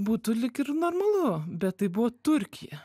būtų lyg ir normalu bet tai buvo turkija